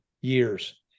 years